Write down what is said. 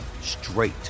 straight